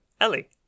Ellie